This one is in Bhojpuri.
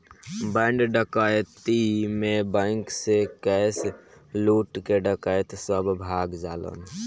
बैंक डकैती में बैंक से कैश लूट के डकैत सब भाग जालन